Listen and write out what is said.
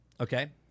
okay